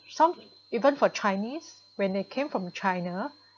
some even for Chinese when they came from China